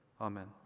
Amen